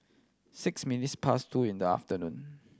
six minutes past two in the afternoon